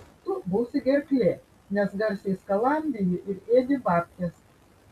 tu būsi gerklė nes garsiai skalambiji ir ėdi babkes